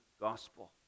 gospel